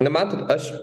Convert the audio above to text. na matot aš